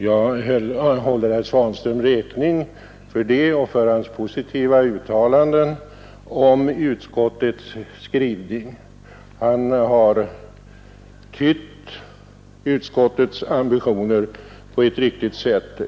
Jag håller herr Svanström räkning för detta och för hans positiva uttalanden om utskottets skrivning. Han har tytt utskottets ambitioner på ett riktigt sätt.